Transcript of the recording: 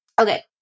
Okay